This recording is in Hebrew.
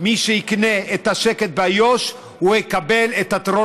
מי שיקנה את השקט באיו"ש יקבל את הטרור